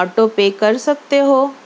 auto pay کر سکتے ہو